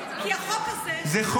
כי החוק הזה הוא לא קשור לחרדים.